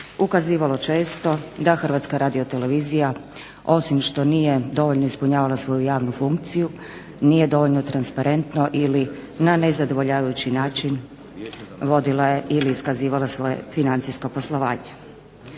ukazivalo često da HRT-a osim što nije dovoljno ispunjavala svoju javnu funkciju, nije dovoljno transparentno ili na nezadovoljavajući način vodila i iskazivala svoje financijsko poslovanje.